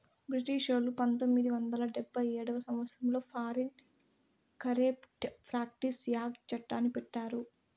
బ్రిటిషోల్లు పంతొమ్మిది వందల డెబ్భై ఏడవ సంవచ్చరంలో ఫారిన్ కరేప్ట్ ప్రాక్టీస్ యాక్ట్ చట్టాన్ని పెట్టారు